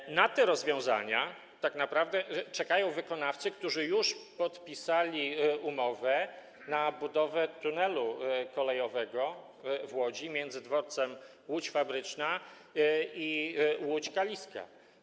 I na te rozwiązania tak naprawdę czekają wykonawcy, którzy już podpisali umowę na budowę tunelu kolejowego w Łodzi między dworcem Łódź Fabryczna i Łódź Kaliska.